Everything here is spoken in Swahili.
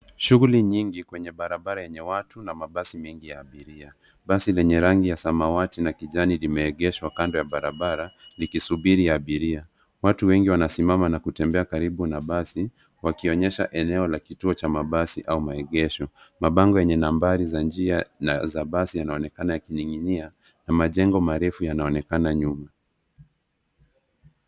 Shughuli nyingi kwenye barabara yenye watu na mabasi mengi ya abiria. Basi lenye rangi ya samawati na kijani limeegeshwa kando ya barabara likisubiri abiria. Watu wengi wanasimama na kutembea karibu na basi, wakionyesha eneo la kituo cha mabasi au maegesho. Mabango yenye nambari za njia za basi yanaonekana yakining'inia na majengo marefu yanaonekana nyuma.